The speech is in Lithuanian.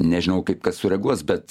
nežinau kaip kad sureaguos bet